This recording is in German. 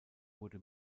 wurde